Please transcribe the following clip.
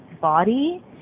body